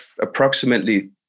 approximately